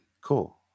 cool